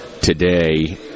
today